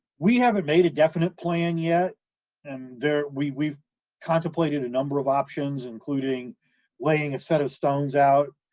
we haven't made a definite plan yet and there we, we've contemplated a number of options, including laying a set of stones out